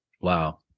Wow